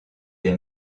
des